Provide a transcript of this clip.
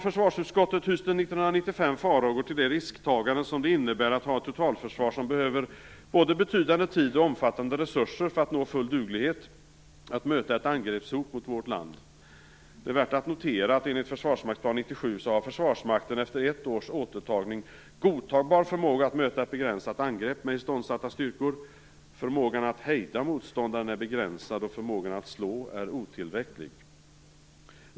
Försvarsutskottet hyste 1995 farhågor om det risktagande som det innebär att ha ett totalförsvar som behöver både betydande tid och omfattande resurser för att nå full duglighet att möta ett angreppshot mot vårt land. Det är värt att notera att enligt Försvarsmaktsplan 97 har Försvarsmakten efter ett års återtagning godtagbar förmåga att möta ett begränsat angrepp med iståndsatta styrkor. Förmågan att hejda motståndaren är begränsad och förmågan att slå är otillräcklig.